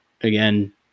again